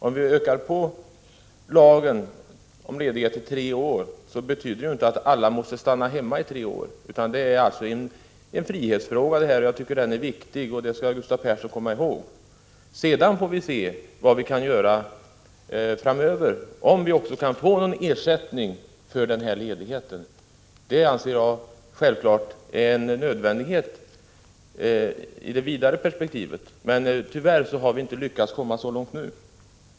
Om vi ökar den lagstadgade möjligheten till ledighet till att omfatta tre år betyder det inte att alla måste stanna hemma i tre år. Det här är en frihetsfråga — jag tycker den är viktig — och det skall Gustav Persson komma ihåg. Sedan får vi se vad vi kan göra framöver — om vi också kan få till stånd någon ersättning för ledigheten. Det anser jag självfallet är en nödvändighet i det vidare perspektivet. Men tyvärr har vi inte lyckats komma så långt nu.